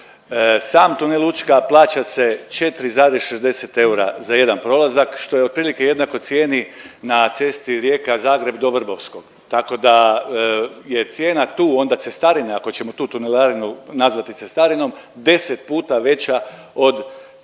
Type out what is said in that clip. Sam tunel Učka plaća se 4,60 eura za jedan prolazak što je otprilike jednako cijeni na cesti Rijeka-Zagreb do Vrbovskog, tako da je cijena tu onda cestarine ako ćemo tu tunelarinu nazvati cestarinom 10 puta veća od cijene